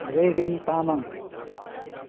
reign Tamang